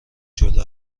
جلو